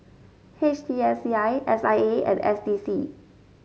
H T S C I S I A and S D C